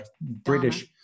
British